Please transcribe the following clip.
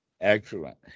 Excellent